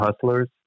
hustlers